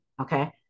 okay